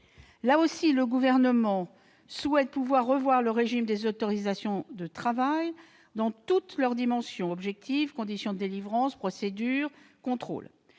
Là encore, le Gouvernement souhaite pouvoir revoir le régime des autorisations de travail dans toutes ses dimensions : objectif, conditions de délivrance, procédure, contrôles.